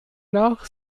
nach